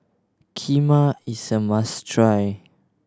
kheema is a must try